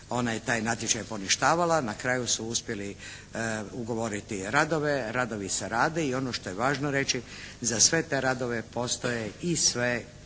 dva puta taj natječaj poništavala. Na kraju su uspjeli ugovoriti radove. Radovi se rade. I ono što je važno reći za sve te radove postoje i sve